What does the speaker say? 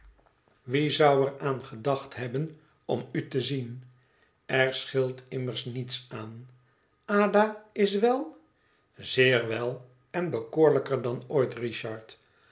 wie zou er aan gedacht hebben om u te zien er scheelt immers niets aan ada is wel zeer wel en bekoorlijker dan ooit richard